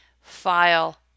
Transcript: file